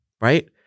right